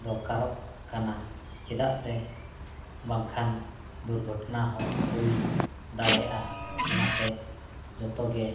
ᱫᱚᱨᱠᱟᱨᱚᱜ ᱠᱟᱱᱟ ᱪᱮᱫᱟᱜ ᱥᱮ ᱵᱟᱝᱠᱷᱟᱱ ᱫᱩᱨᱜᱷᱚᱴᱚᱱᱟ ᱦᱚᱸ ᱦᱩᱭ ᱫᱟᱲᱮᱭᱟᱜᱼᱟ ᱚᱱᱟᱛᱮ ᱡᱚᱛᱚ ᱜᱮ